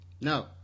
No